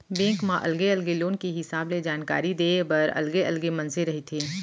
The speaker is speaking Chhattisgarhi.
बेंक म अलगे अलगे लोन के हिसाब ले जानकारी देय बर अलगे अलगे मनसे रहिथे